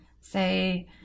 say